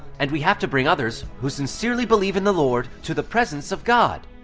and we have to bring others who sincerely believe in the lord to the presence of god!